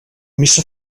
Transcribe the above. missa